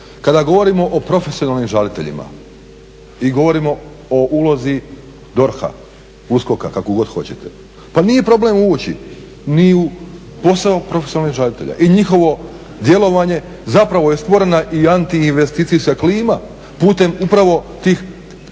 kada govorimo o profesionalnim žaliteljima i govorimo o ulozi DORH-a, USKOK-a kako god hoćete, pa nije problem ući ni u posao profesionalnih žalitelja i njihovo djelovanje, zapravo je stvorena i antiinvesticijska klima putem upravo tih